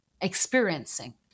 experiencing